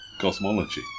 cosmology